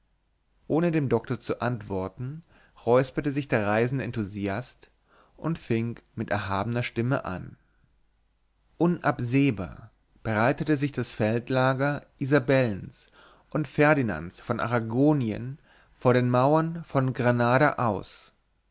ohne dem doktor zu antworten räusperte sich der reisende enthusiast und fing mit erhabener stimme an unabsehbar breitete sich das feldlager isabellens und ferdinands von aragonien vor den mauern von granada aus